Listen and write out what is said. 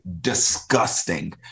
disgusting